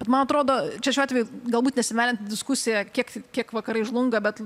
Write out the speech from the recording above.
bet man atrodo čia šiuo atveju galbūt nesiveliant į diskusiją kiek kiek vakarai žlunga bet